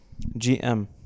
GM